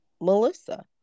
Melissa